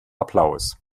applaus